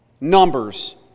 numbers